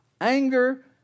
Anger